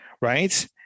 right